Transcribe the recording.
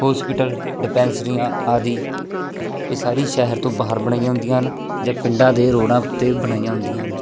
hospital ਡਿਸਪੈਂਸਰੀਆਂ ਆਦੀ ਇਹ ਸਾਰੀ ਸ਼ਹਿਰ ਤੋਂ ਬਾਹਰ ਬਣਾਈਆਂ ਹੁੰਦੀਆਂ ਹਨ ਜਾਂ ਪਿੰਡਾਂ ਦੇ ਰੋਡਾਂ ਉੱਤੇ ਬਣਾਈਆਂ ਹੁੰਦੀਆਂ ਹਨ